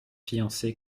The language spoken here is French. fiancé